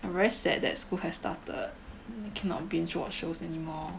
I'm very sad that school has started cannot binge watch shows anymore